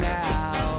now